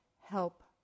help